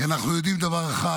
כי אנחנו יודעים דבר אחד,